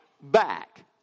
back